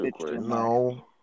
no